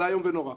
זה איום ונורא.